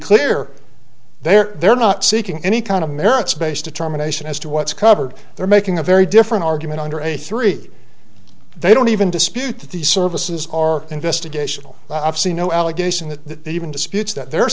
clear they're they're not seeking any kind of merits based determination as to what's covered they're making a very different argument under a three they don't even dispute that these services are investigation i've seen no allegation that they even disputes that they're